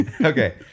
Okay